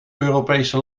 europese